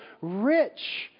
rich